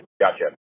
Gotcha